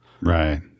Right